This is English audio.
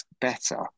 better